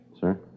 Sir